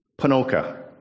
Panoka